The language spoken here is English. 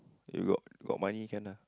you got got money can lah